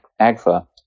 AGFA